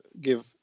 give